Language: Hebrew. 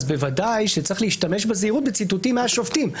בוודאי צריך להשתמש בזהירות בציטוטים מהשופטים.